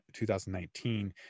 2019